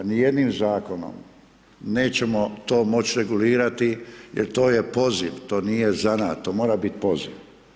Nijednim Zakonom nećemo to moć regulirati jer to je poziv, to nije zanat, to mora biti poziv.